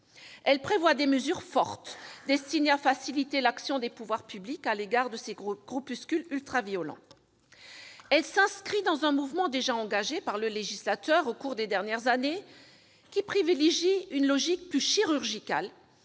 Elle prévoit des mesures fortes, destinées à faciliter l'action des pouvoirs publics à l'égard de ces groupuscules ultra-violents. Elle s'inscrit dans un mouvement déjà engagé par le législateur au cours des dernières années, qui privilégie une logique chirurgicale,